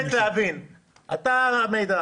השאלה אם יש הצדקה.